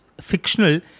fictional